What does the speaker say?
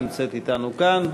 נמצאת אתנו כאן.